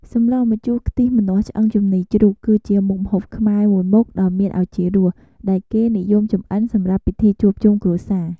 សម្លម្ជូរខ្ទិះម្នាស់ឆ្អឹងជំនីរជ្រូក គឺជាមុខម្ហូបខ្មែរមួយមុខដ៏មានឱជារស ដែលគេនិយមចម្អិនសម្រាប់ពិសាជួបជុំគ្រួសារ។